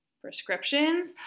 prescriptions